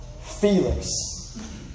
Felix